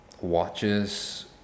watches